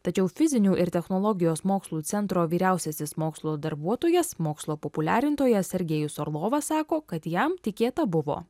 tačiau fizinių ir technologijos mokslų centro vyriausiasis mokslo darbuotojas mokslo populiarintojas sergejus orlovas sako kad jam tikėta buvo